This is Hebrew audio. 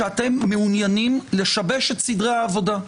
שאתם מעוניינים לשבש את סדרי העבודה.